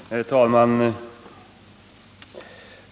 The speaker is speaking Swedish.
Herr talman!